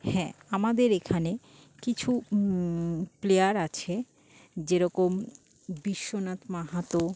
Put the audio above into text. হ্যাঁ আমাদের এখানে কিছু প্লেয়ার আছে যেরকম বিশ্বনাথ মাহাতো